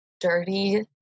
dirty